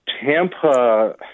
Tampa